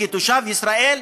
כתושב ישראל,